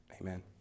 Amen